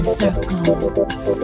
circles